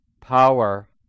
power